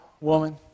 woman